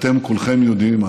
אתם כולכם יודעים.